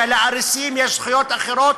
ולאריסים יש זכויות אחרות.